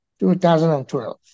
2012